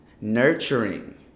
nurturing